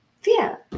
fear